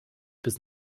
bis